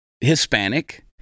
Hispanic